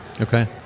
Okay